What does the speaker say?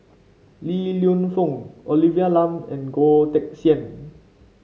Li Lienfung Olivia Lum and Goh Teck Sian